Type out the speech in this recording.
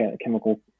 chemical